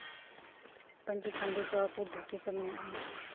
ᱯᱟᱹᱧᱪᱤ ᱠᱷᱟᱺᱰᱤ ᱠᱚ ᱯᱩᱬ ᱫᱷᱩᱛᱤ ᱠᱚ ᱢᱮᱱᱟᱜᱼᱟ